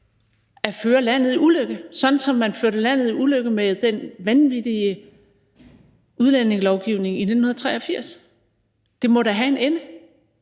at føre landet i ulykke, sådan som man førte landet i ulykke med den vanvittige udlændingelovgivning i 1983. Det må da have en ende.